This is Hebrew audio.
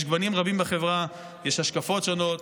יש גוונים רבים בחברה, יש השקפות שונות,